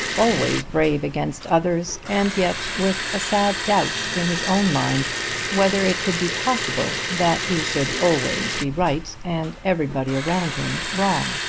always brave against others, and yet with a sad doubt in his own mind whether it could be possible that he should always be right and everybody around him wrong.